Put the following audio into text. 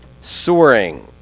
Soaring